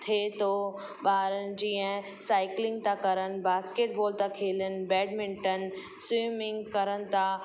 थिए थो ॿारनि जीअं साइकलिंग था करनि बास्किटबॉल था खेलनि बैडमिंटन स्विमिंग करनि था